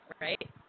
right